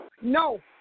No